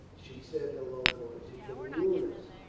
she said in a low voice. he can ruin us.